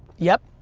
yep,